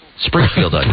Springfield